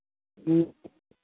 ह्म्म